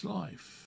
life